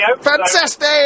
Fantastic